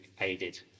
aided